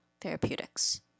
therapeutics